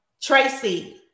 Tracy